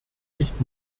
nicht